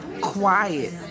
Quiet